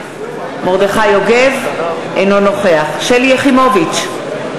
אינו נוכח שלי יחימוביץ,